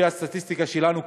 לפי הסטטיסטיקה שלנו,